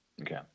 okay